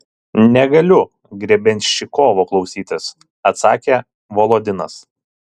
negaliu grebenščikovo klausytis atsakė volodinas